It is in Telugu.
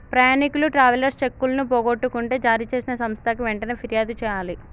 ప్రయాణీకులు ట్రావెలర్స్ చెక్కులను పోగొట్టుకుంటే జారీచేసిన సంస్థకి వెంటనే పిర్యాదు జెయ్యాలే